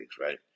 right